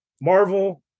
Marvel